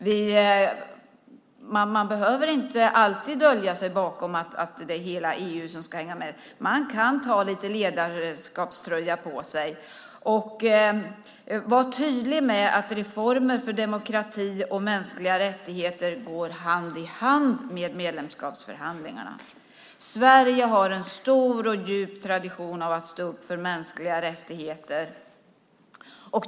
Man behöver inte alltid dölja sig bakom att det är hela EU som ska hänga med, utan man kan ta på sig lite ledarskapströja och vara tydlig med att reformer för demokrati och mänskliga rättigheter går hand i hand med medlemskapsförhandlingarna. Sverige har en stor och djup tradition av att stå upp för mänskliga rättigheter.